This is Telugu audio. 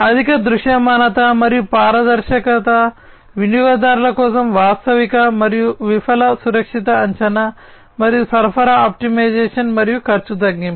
అధిక దృశ్యమానత మరియు పారదర్శకత వినియోగదారుల కోసం వాస్తవిక మరియు విఫల సురక్షిత అంచనా మరియు సరఫరా ఆప్టిమైజేషన్ మరియు ఖర్చు తగ్గింపు